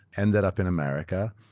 ended up in america,